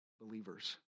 believers